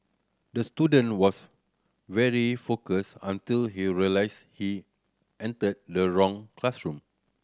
the student was very focus until he realised he entered the wrong classroom